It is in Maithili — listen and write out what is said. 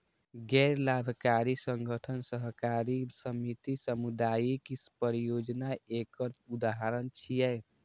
गैर लाभकारी संगठन, सहकारी समिति, सामुदायिक परियोजना एकर उदाहरण छियै